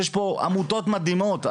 יש פה עמותות מדהימות.